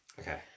Okay